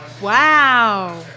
Wow